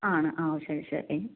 ആണ് ആ ഓ ശരി ശരി